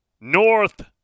North